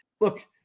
Look